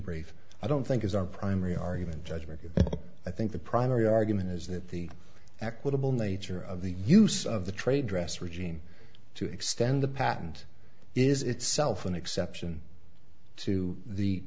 brief i don't think is our primary argument judgement i think the primary argument is that the equitable nature of the use of the trade dress regime to extend the patent is itself an exception to the